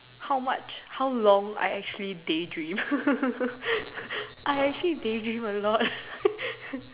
how much how long I actually day dream I actually day dream a lot